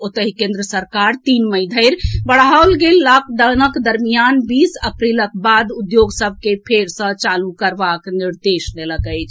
ओतहि केन्द्र सरकार तीन मई धरि बढ़ाओल गेल लॉकडाउनक दरमियान बीस अप्रैलक बाद उद्योग सभ के फेर सँ चालू करबाक निर्देश देलक अछि